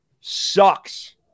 Sucks